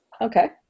okay